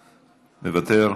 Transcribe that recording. מוותר,